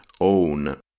Own